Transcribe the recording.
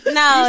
no